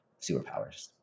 superpowers